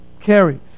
carries